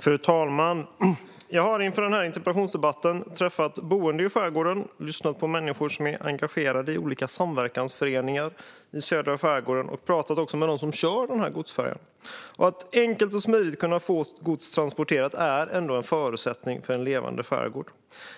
Fru talman! Jag har inför den här interpellationsdebatten träffat boende i skärgården och lyssnat på människor som är engagerade i olika samverkansföreningar i södra skärgården. Jag har också pratat med dem som kör godsfärjan. Att enkelt och smidigt kunna få sitt gods transporterat är en förutsättning för en levande skärgård.